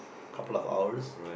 couple of hours